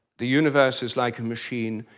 the universe is like a machine,